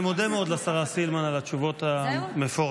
אני מודה מאוד לשרה סילמן על התשובות המפורטות,